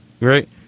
Right